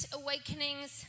awakenings